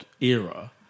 era